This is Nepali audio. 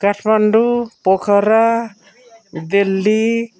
काठमाडौँ पोखरा दिल्ली